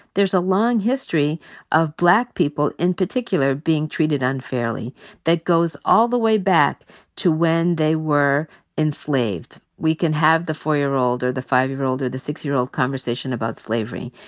there's a long history of black people in particular being treated unfairly that goes all the way back to when they were enslaved. we can have the four-year-old, or the five-year-old, or the six-year-old conversation about slavery.